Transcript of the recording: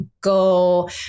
go